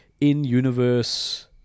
in-universe